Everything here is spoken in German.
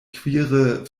queere